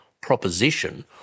proposition